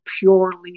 purely